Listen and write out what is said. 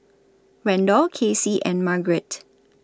Randall Casey and Margaret